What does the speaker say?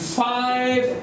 five